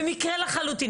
במקרה לחלוטין,